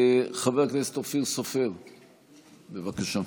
חבר הכנסת אפיר סופר, בבקשה.